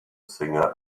singer